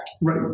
Right